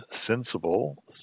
sensible